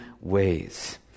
ways